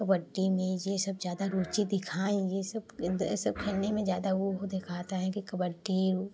कबड्डी में ये सब ज्यादा रुचि दिखाएँ ये सब ये सब खेलने में ज्यादा वो दिखाता है कि कबड्डी